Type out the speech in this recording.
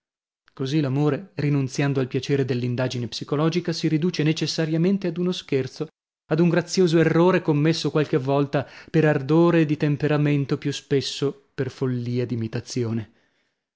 così l'amore rinunziando al piacere dell'indagine psicologica si riduce necessariamente ad uno scherzo ad un grazioso errore commesso qualche volta per ardore di temperamento più spesso per follia d'imitazione